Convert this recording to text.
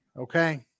okay